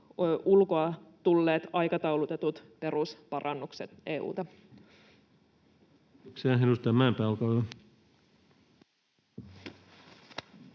ulkoa tulleet, aikataulutetut perusparannukset EU:lta.